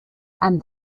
and